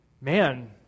man